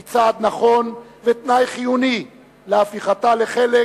היא צעד נכון ותנאי חיוני להפיכתה לחלק